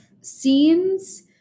scenes